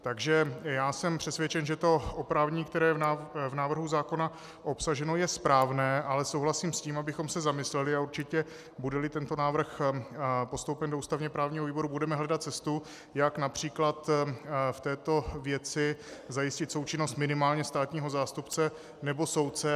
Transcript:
Takže já jsem přesvědčen, že to oprávnění, které je v návrhu zákona obsaženo, je správné, ale souhlasím s tím, abychom se zamysleli a určitě, budeli tento návrh postoupen do ústavněprávního výboru, budeme hledat cestu, jak např. v této věci zajistit součinnost minimálně státního zástupce nebo soudce.